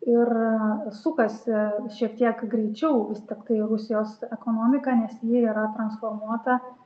ir sukasi šiek tiek greičiau vis tiktai rusijos ekonomika nes ji yra transformuota